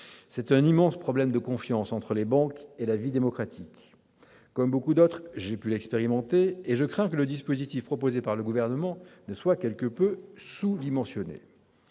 d'un immense problème de confiance entre les banques et la vie démocratique. Comme beaucoup d'autres, j'ai pu expérimenter une telle situation, et je crains que le dispositif proposé par le Gouvernement ne soit quelque peu sous-dimensionné.